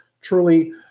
truly